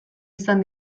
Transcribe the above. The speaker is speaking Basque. izan